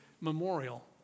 memorial